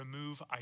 remove